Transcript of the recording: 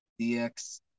DX